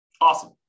Awesome